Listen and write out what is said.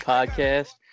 Podcast